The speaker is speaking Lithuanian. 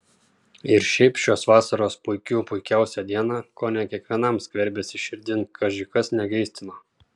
ir šiaip šios vasaros puikių puikiausią dieną kone kiekvienam skverbėsi širdin kaži kas negeistino